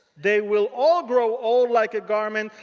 they will all grow old like a garment,